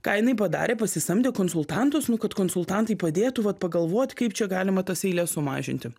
ką jinai padarė pasisamdė konsultantus kad konsultantai padėtų vat pagalvot kaip čia galima tas eiles sumažinti